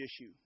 issue